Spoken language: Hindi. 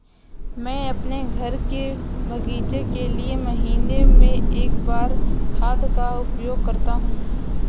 मैं अपने घर के बगीचे के लिए महीने में एक बार खाद का उपयोग करता हूँ